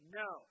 no